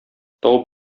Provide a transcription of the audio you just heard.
тау